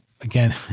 again